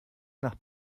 nach